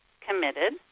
committed